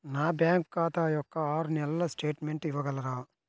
నా బ్యాంకు ఖాతా యొక్క ఆరు నెలల స్టేట్మెంట్ ఇవ్వగలరా?